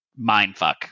mindfuck